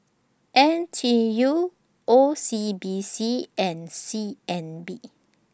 N T U O C B C and C N B